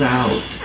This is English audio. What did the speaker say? out